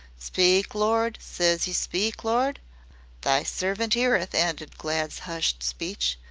speak, lord ses you speak, lord thy servant eareth, ended glad's hushed speech.